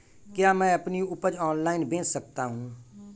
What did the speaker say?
क्या मैं अपनी उपज ऑनलाइन बेच सकता हूँ?